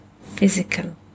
physical